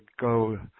go